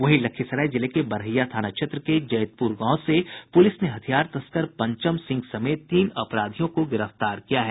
वहीं लखीसराय जिले के बड़हिया थाना क्षेत्र के जैतपुर गांव से पूलिस ने हथियार तस्कर पंचम सिंह समेत तीन अपराधियों को गिरफ्तार किया है